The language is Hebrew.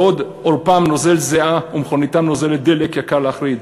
בעוד עורפם נוזל זיעה ומכוניתם נוזלת דלק יקר להחריד,